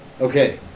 okay